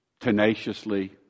tenaciously